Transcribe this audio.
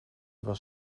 was